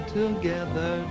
together